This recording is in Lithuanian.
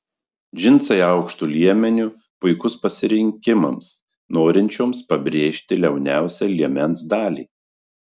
džinsai aukštu liemeniu puikus pasirinkimams norinčioms pabrėžti liauniausią liemens dalį